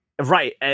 right